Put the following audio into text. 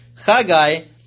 Chagai